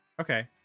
okay